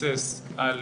התבסס על